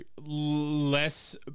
less